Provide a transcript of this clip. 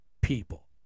people